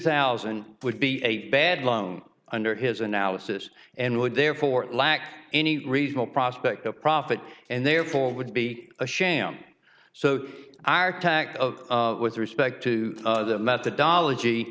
thousand would be a bad lung under his analysis and would therefore lack any reasonable prospect of profit and therefore would be a sham so i attacked of with respect to the methodology